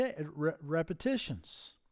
repetitions